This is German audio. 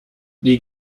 die